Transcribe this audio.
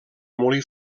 molí